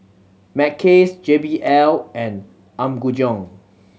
Mackays J B L and Apgujeong